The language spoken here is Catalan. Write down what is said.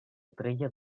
treia